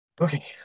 Okay